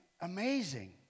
amazing